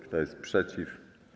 Kto jest przeciw?